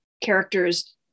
characters